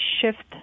shift